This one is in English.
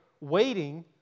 waiting